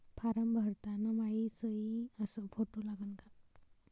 Form भरताना मायी सयी अस फोटो लागन का?